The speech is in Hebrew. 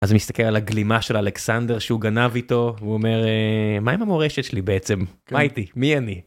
אז הוא מסתכל על הגלימה של אלכסנדר שהוא גנב איתו ואומר מה עם המורשת שלי בעצם, מה איתי, מי אני.